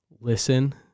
listen